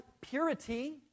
purity